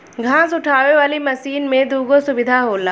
घास उठावे वाली मशीन में दूगो सुविधा होला